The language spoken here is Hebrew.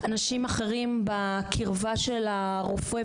אנשים אחרים בקרבה של הרופא,